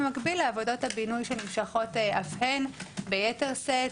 כמובן במקביל לעבודות הבינוי שנמשכות אף הן ביתר שאת.